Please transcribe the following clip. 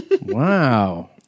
Wow